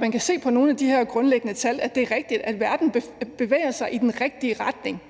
Man kan se på nogle af de her grundlæggende tal, at det er rigtigt, at verden bevæger sig i den rigtige retning,